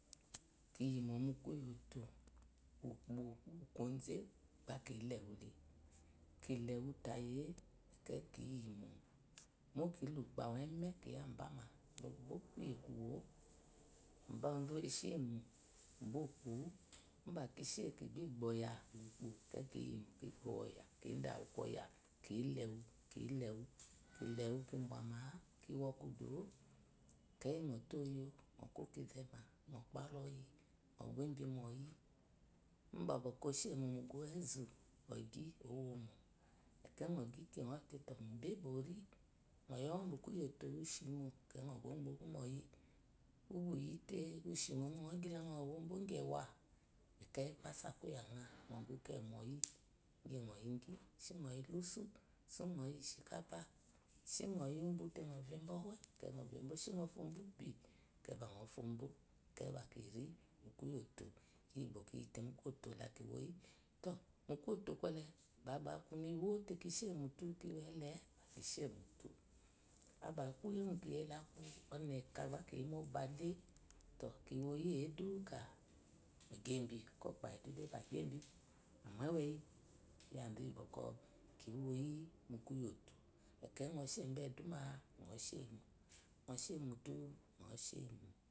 Ki yimo mu kuwotó ukpo kze ba kile wa le kile wutayiye akwai ki yimo mo kile ukpo awei eme kiyaba ma te lobo kuye kuwu mo ozu we sheyimo. mu ukpo ubakishe kibibo ɔyalá ukpó kiyi kiyi kiɔ oya kile wu kile wu kiba má keyi nɔ to oyo no kukizema no gu rbi mu ɔyi uba ashemu. ugu uwu czu ogi owomo ekeyi nɔ gyi te iqbe bwi ori nɔyi onwe bu kuwoto ushino nɔquwubo moyi iyshimo nsyilte nɔ wo bogyiwa ekeyi epasu ak iyanza ekeyi epasu aku iyi anza akeyi epasu aku iyi and nɔgu kewu moyi ingyi no yi gyi shi no yi lusu shi noyi hi kapa shi noyi bu te nɔvebo ŋwe shi ŋfobo ubi akwa ba nɔ fobo mu kuyi to to mukuyo lewole abba aku mu ewo le ki sheye mutu abba aku mu ɔnelea ba kiyi mu ɔgbale to ki woye duka kigubi okapayi dude ba gii ebi emu aweyi iyazu iyi bokɔ kiwiyi mu kuyoto ekeyi nɔ shemu zduma nɔshe yi mo nɔ she ye mu tu nɔ she yimú